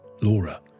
Laura